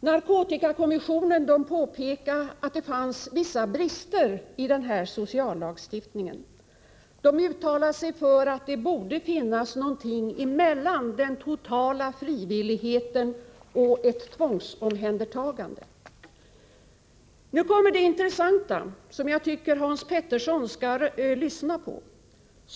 Narkotikakommissionen påpekar att det finns vissa brister i sociallagstiftningen. Man uttalar sig för att det borde finnas någonting emellan den totala frivilligheten och ett tvångsomhändertagande. Men sedan kommer det intressanta. Jag tycker att Hans Petersson i Röstånga skall lyssna nu.